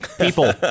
People